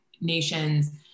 nations